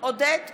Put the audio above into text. עודד פורר,